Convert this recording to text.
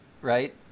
right